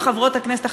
חברות הכנסת החדשות,